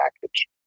package